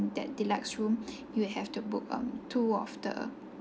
that deluxe room you'll have to book um two of the